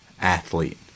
athlete